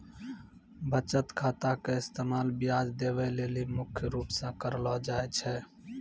बचत खाता के इस्तेमाल ब्याज देवै लेली मुख्य रूप से करलो जाय छै